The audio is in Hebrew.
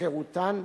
בחירותן,